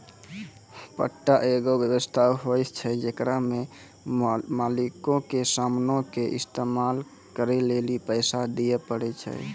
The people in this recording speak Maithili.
पट्टा एगो व्य्वस्था होय छै जेकरा मे मालिको के समानो के इस्तेमाल करै लेली पैसा दिये पड़ै छै